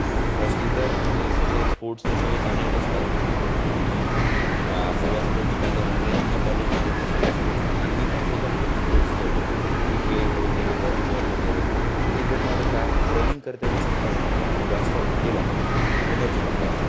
firstly तर म्हणजे सगळे स्पोर्ट्स तर सगळे चांगलेच असतात आणि सगळ्या स्पोर्ट्समध्ये म्हणजे आमच्या कॉलेजमध्ये तर सगळे स्पोर्ट्स खेळतात आणि मी पण स्वतः खूप स्पोर्ट्स खेळतो क्रिकेट वगैरे वॉलीबॉल वगैरे क्रिकेटमध्ये काय रनिंग करतेवेळेस आपल्याला खूप जास्त हे लागते एनर्जी लागते